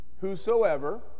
whosoever